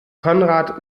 konrad